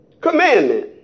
Commandment